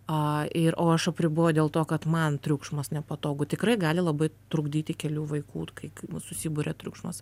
a ir o aš apriboju dėl to kad man triukšmas nepatogu tikrai gali labai trukdyti kelių vaikų kai susiburia triukšmas